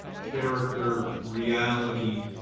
character, reality,